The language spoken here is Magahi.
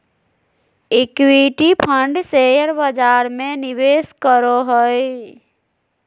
इक्विटी फंड शेयर बजार में निवेश करो हइ